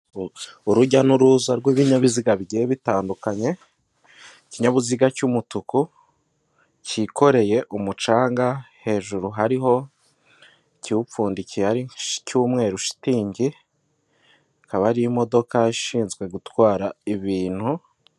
Urujya n'uruza rw'ibinyabiziga bigiye bitandukanye, ikinyabiziga cy'umutuku cyikoreye umucanga, hejuru hariho ikiwupfundikiye cy'umweru aricyo shitingi, akaba ari imodoka ishinzwe gutwara ibintu.